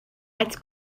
als